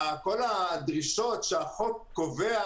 כל הדרישות שהחוק קובע,